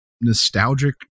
nostalgic